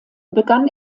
begann